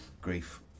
grief